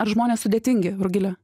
žmonės sudėtingi rugile